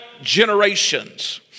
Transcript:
generations